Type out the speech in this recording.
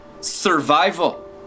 survival